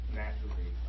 naturally